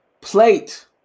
plate